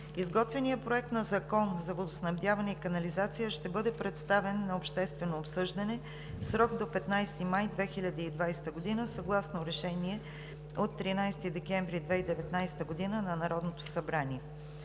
Изготвеният Проект на закон за водоснабдяване и канализация ще бъде представен на обществено обсъждане в срок до 15 май 2020 г. съгласно Решение от 13 декември 2019 г. на Народното събрание.